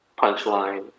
punchline